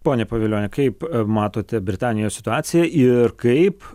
pone pavilioni kaip matote britanijos situaciją ir kaip